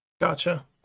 Gotcha